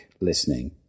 listening